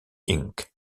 inc